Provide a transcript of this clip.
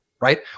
right